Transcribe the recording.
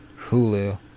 Hulu